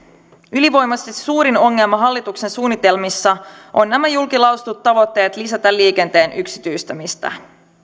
ylivoimaisesti suurin ongelma hallituksen suunnitelmissa ovat nämä julkilausutut tavoitteet lisätä liikenteen yksityistämistä